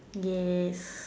yes